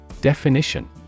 Definition